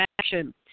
action